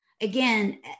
again